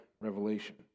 Revelation